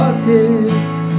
Politics